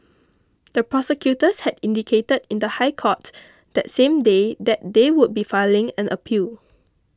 the prosecutors had indicated in the High Court that same day that they would be filing an appeal